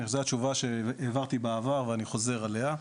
זו התשובה שהעברתי בעבר ואני חוזר עליה,